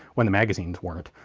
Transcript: when the magazines weren't.